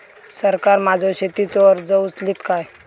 सरकार माझो शेतीचो खर्च उचलीत काय?